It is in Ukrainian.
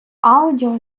аудіо